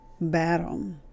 battle